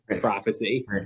prophecy